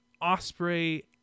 Osprey